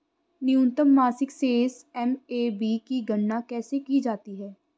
न्यूनतम मासिक शेष एम.ए.बी की गणना कैसे की जाती है?